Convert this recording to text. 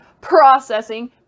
processing